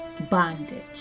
bondage